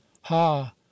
ha